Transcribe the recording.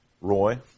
Roy